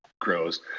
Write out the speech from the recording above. grows